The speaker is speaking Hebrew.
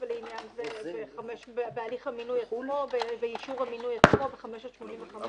לעניין זה - בהליך המינוי באישור המינוי עצמו ב-584,